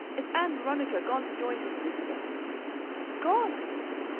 it's ann veronica gone to join her sister gone! i said.